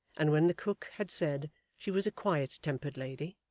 and when the cook had said she was a quiet-tempered lady,